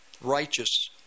righteous